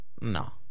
No